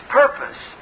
purpose